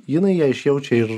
jinai ją išjaučia ir